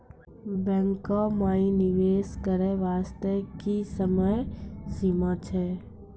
बैंको माई निवेश करे बास्ते की समय सीमा छै?